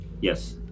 yes